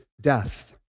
death